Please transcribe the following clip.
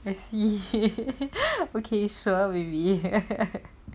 I see okay sure baby